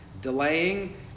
delaying